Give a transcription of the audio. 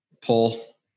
pull